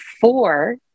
four